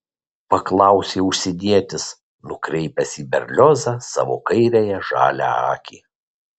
paklausė užsienietis nukreipęs į berliozą savo kairiąją žalią akį